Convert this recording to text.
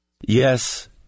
Yes